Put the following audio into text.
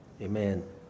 Amen